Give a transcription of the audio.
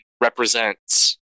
represents